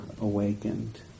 awakened